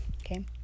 Okay